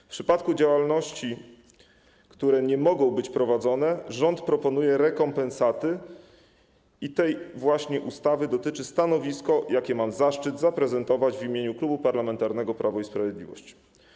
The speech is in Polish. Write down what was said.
W przypadku działalności, które nie mogą być prowadzone, rząd proponuje rekompensaty i tej właśnie ustawy dotyczy stanowisko, jakie mam zaszczyt zaprezentować w imieniu Klubu Parlamentarnego Prawo i Sprawiedliwość.